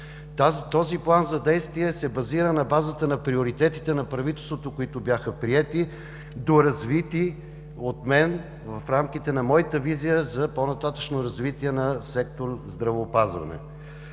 Този план за действие се базира на приоритетите на правителството, които бяха приети, доразвити от мен в рамките на моята визия за по-нататъшно развитие на сектор „Здравеопазване“.